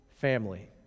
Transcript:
family